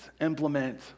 implement